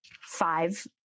Five